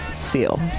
Seal